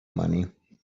money